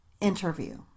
interview